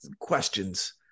questions